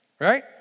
right